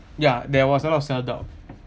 ya there was a lot of self-doubt